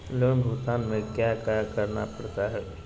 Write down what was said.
loan भुगतान में क्या क्या करना पड़ता है